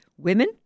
women